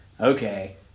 Okay